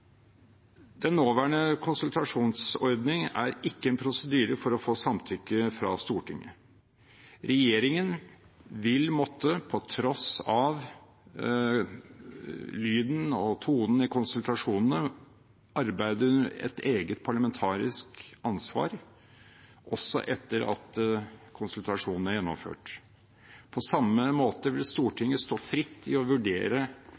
Den nåværende konsultasjonsordningen er ikke en prosedyre for å få samtykke fra Stortinget. Regjeringen vil, på tross av lyden og tonen i konsultasjonene, måtte arbeide under et eget parlamentarisk ansvar også etter at konsultasjonen er gjennomført. På samme måte vil Stortinget stå fritt til å vurdere